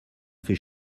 fait